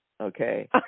okay